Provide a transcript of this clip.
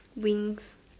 wings